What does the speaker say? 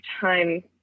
time